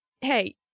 hey